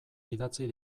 idatzi